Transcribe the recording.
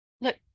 Look